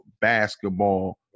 basketball